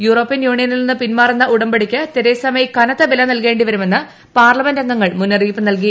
European യൂണിയനിൽ നിന്ന് പിൻമാറുന്ന ഉടമ്പടിക്ക് തെരേസാമേയ് കനത്ത വില നൽകേണ്ടിവരുമെന്ന് പാർലമെന്റ് അംഗങ്ങൾ മുന്നറിയിപ്പ് നൽകി